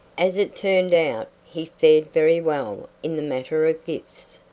as it turned out, he fared very well in the matter of gifts,